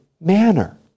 manner